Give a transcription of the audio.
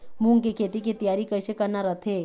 मूंग के खेती के तियारी कइसे करना रथे?